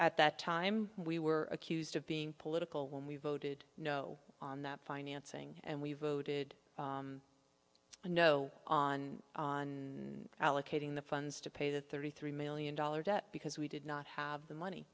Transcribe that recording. at that time we were accused of being political when we voted no on that financing and we voted no on on allocating the funds to pay the thirty three million dollars debt because we did not have the money